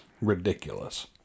ridiculous